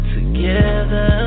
Together